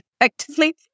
effectively